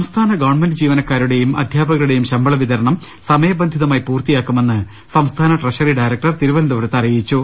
സംസ്ഥാന ഗവൺമെന്റ് ജീവനക്കാരുടെയും അധ്യാപകരുടെയും ശമ്പള വി തരണം സമയബന്ധിതമായി പൂർത്തിയാക്കുമെന്ന് സംസ്ഥാന ട്രഷറി ഡയറക് ടർ തിരുവനന്തപുരത്ത് അറിയിച്ചു